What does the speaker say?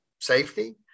safety